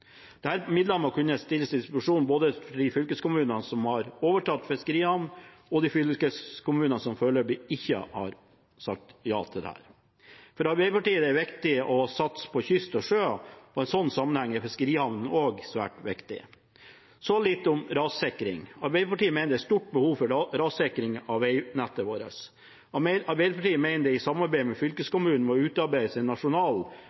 midlene må kunne stilles til disposisjon både i de fylkeskommunene som har overtatt fiskeriene, og i de fylkeskommunene som foreløpig ikke har sagt ja til dette. For Arbeiderpartiet er det viktig å satse på kyst og sjø, og i en sånn sammenheng er fiskerihavnene også svært viktige. Så litt om rassikring: Arbeiderpartiet mener det er et stort behov for rassikring av veinettet vårt. Arbeiderpartiet mener at det i samarbeid med fylkeskommunen må utarbeides en nasjonal